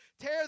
tear